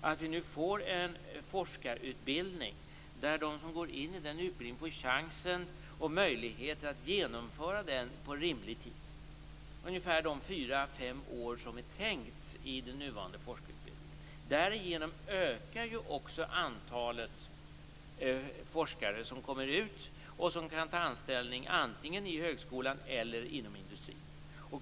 att vi får en forskarutbildning där de som går in i den får chansen och möjligheten att genomföra den på en rimlig tid, dvs. de 4-5 år som är tänkta för den nuvarande forskarutbildningen. Därigenom ökar också antalet forskare som kommer ut och kan ta anställning antingen i högskolan eller inom industrin.